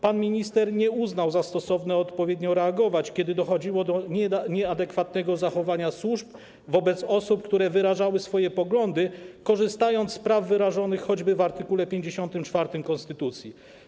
Pan minister nie uznał za stosowne odpowiednio reagować, kiedy dochodziło do nieadekwatnego zachowania służb wobec osób, które wyrażały swoje poglądy, korzystając z praw wyrażonych choćby w art. 54 konstytucji.